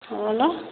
କ'ଣ କହିଲ